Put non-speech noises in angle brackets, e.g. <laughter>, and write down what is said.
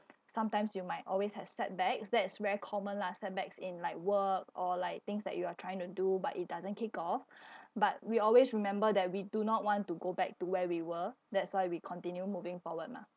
sometimes you might always have setbacks that is very common lah setbacks in like work or like things that you are trying to do but it doesn't kick off <breath> but we always remember that we do not want to go back to where we were that's why we continue moving forward mah